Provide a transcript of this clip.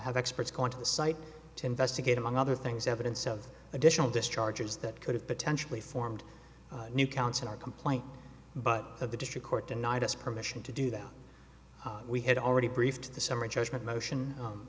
have experts going to the site to investigate among other things evidence of additional discharges that could have potentially formed new counts in our complaint but of the district court denied us permission to do that we had already briefed the summary judgment motion